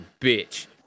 bitch